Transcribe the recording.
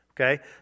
Okay